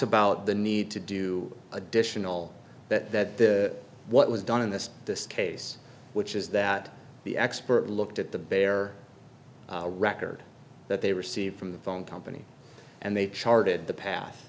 about the need to do additional that what was done in this case which is that the expert looked at the bear record that they received from the phone company and they charted the path